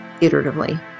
iteratively